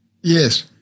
Yes